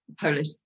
polish